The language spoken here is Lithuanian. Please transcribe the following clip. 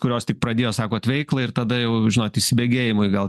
kurios tik pradėjo sakot veiklą ir tada jau žinot įsibėgėjimui gal